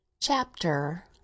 CHAPTER